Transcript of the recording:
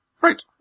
Right